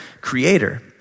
creator